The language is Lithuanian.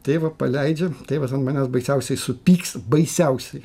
tėvą paleidžia tėvas ant manęs baisiausiai supyks baisiausiai